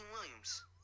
Williams